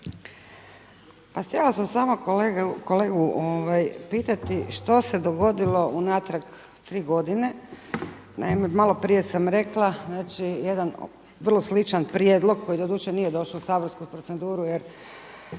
Pa htjela sam samo kolegu pitati što se dogodilo unatrag tri godine. Naime, maloprije sam rekla znači jedan vrlo sličan prijedlog koji doduše nije došao u saborsku proceduru jer